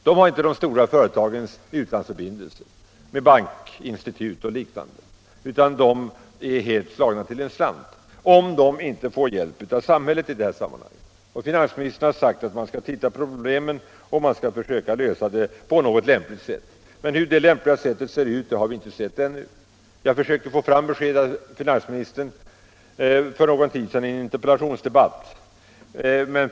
De har inte de stora företagens utlandsförbindelser med bankinstitut och liknande. De är helt slagna till slant om de inte får hjälp av samhället. Finansministern har sagt att man skall försöka lösa problemen på ett lämpligt sätt. Men vilket det lämpliga sättet är vet vi ännu inte. För någon tid sedan försökte jag i en interpellationsdebatt att få ett besked av finansministern.